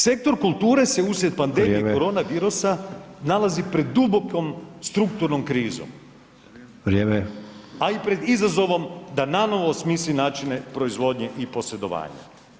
Sektor kulture se uslijed pandemije [[Upadica: Vrijeme]] koronavirusa nalazi pred dubokom strukturnom krizom [[Upadica: Vrijeme]] a i pred izazovom da nanovo smisli načine proizvodnje i posredovanja.